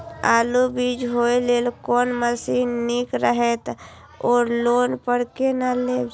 आलु बीज बोय लेल कोन मशीन निक रहैत ओर लोन पर केना लेल जाय?